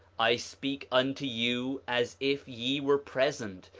i speak unto you as if ye were present,